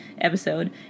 episode